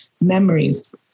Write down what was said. memories